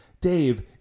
Dave